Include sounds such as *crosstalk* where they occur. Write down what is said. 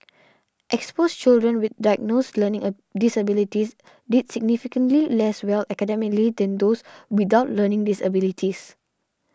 exposed children with diagnosed learning a disabilities did significantly less well academically than those *noise* without learning disabilities